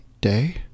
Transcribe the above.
Day